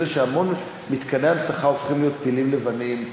שהמון מתקני הנצחה הופכים להיות פילים לבנים,